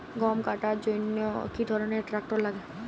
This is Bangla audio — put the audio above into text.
গম কাটার জন্য কি ধরনের ট্রাক্টার লাগে?